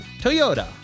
Toyota